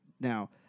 Now